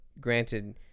granted